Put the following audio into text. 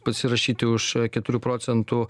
pasirašyti už keturių procentų